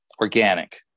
organic